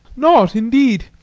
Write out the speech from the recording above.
not indeed.